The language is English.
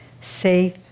safe